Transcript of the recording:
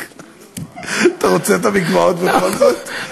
אתה רוצה את המקוואות בכל זאת?